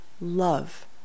love